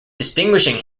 distinguishing